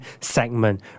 segment